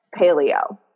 paleo